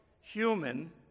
human